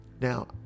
now